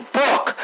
book